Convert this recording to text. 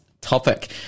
topic